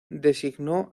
designó